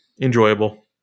enjoyable